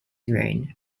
reign